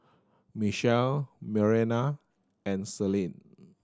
Michelle Marianna and Selene